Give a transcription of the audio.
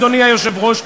אדוני היושב-ראש,